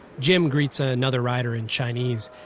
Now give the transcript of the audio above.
jim greets ah another rider in chinese.